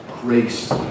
grace